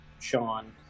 Sean